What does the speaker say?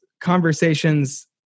conversations